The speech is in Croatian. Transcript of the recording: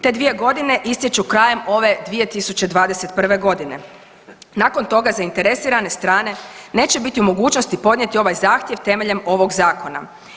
Te dvije godine istječu krajem ove 2021. g. Nakon toga zainteresirane strane neće biti u mogućnosti podnijeti ovaj zahtjev temeljem ovog Zakona.